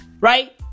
right